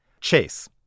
Chase